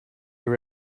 your